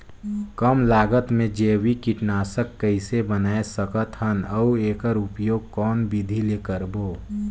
कम लागत मे जैविक कीटनाशक कइसे बनाय सकत हन अउ एकर उपयोग कौन विधि ले करबो?